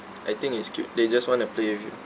I think it's cute they just want to play with you